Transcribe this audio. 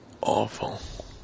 awful